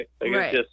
right